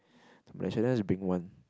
Malaysia there is big one